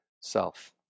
self